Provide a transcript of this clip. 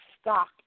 stock